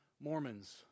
Mormons